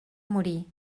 morir